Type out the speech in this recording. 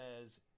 says